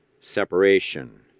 separation